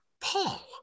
Paul